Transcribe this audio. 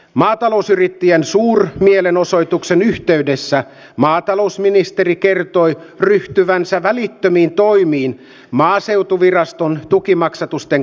maatalousyrittäjän suur mielenosoituksen yhteydessä maatalousministeri kertoi ryhtyvänsä välittömiin toimiin maaseutuviraston tukimaksatusten